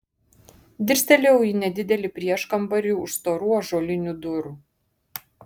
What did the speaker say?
dirstelėjau į nedidelį prieškambarį už storų ąžuolinių durų